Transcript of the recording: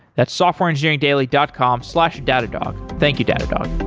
that's softwareengineeringdaily dot com slash datadog. thank you, datadog